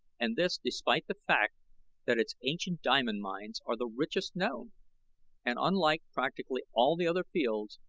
and this despite the fact that its ancient diamond mines are the richest known and, unlike practically all the other fields,